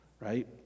right